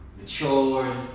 Matured